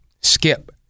skip